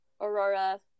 Aurora